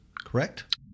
Correct